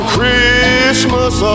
Christmas